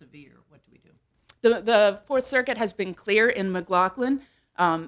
severe the fourth circuit has been clear in mclaughlin